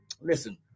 Listen